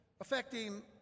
affecting